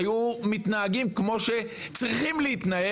היו מתנהגים כמו שצריכים להתנהג.